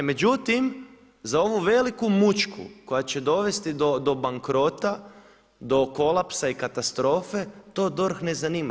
Međutim za ovu veliku mućku koja će dovesti do bankrota, do kolapsa i katastrofe to DORH ne zanima.